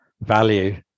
value